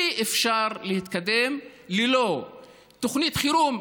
אי-אפשר להתקדם ללא תוכנית חירום,